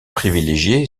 privilégié